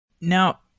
Now